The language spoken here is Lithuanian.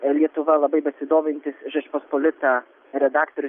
lietuva labai besidomintis žečpospolita redaktorius